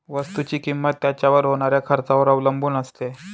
वस्तुची किंमत त्याच्यावर होणाऱ्या खर्चावर अवलंबून असते